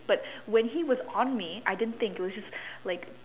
but when he was on me I didn't think it was just like